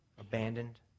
Abandoned